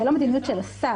זו לא מדיניות של השר,